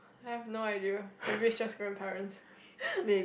I have no idea maybe just grandparents